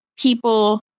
people